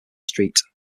street